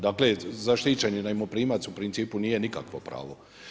Dakle, zaštićeni najmoprimac u principu nije nikakvo pravo.